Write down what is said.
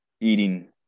Eating